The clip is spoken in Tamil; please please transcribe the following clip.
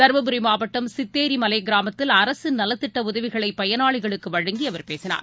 தருமபுரி மாவட்டம் சித்தேரிமலைகிராமத்தில் அரசின் நலத்திட்டஉதவிகளைபயனாளிகளுக்குவழங்கிஅவர் பேசினார்